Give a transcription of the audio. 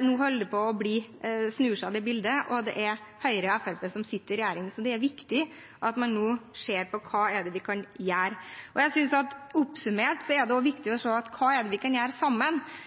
Nå holder det bildet på å snu, og det er Høyre og Fremskrittspartiet som sitter i regjering. Det er viktig at man nå ser på hva man kan gjøre. Oppsummert synes jeg at det er viktig å se på hva vi kan gjøre sammen, istedenfor å si at vi har det beste, de er dårlige osv. Jeg tror det er viktig at vi